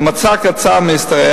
"המצע קצר מהשתרע",